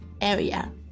area